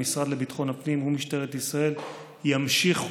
המשרד לביטחון הפנים ומשטרת ישראל ימשיכו